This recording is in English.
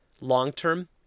Long-term